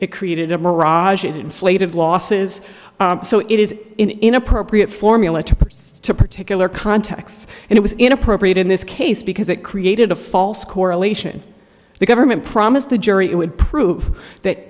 it created a mirage it inflated losses so it is inappropriate formula to particular contexts and it was inappropriate in this case because it created a false correlation the government promised the jury it would prove that